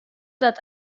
dat